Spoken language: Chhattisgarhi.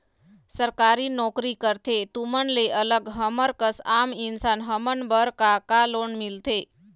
सरकारी नोकरी करथे तुमन ले अलग हमर कस आम इंसान हमन बर का का लोन मिलथे?